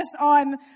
on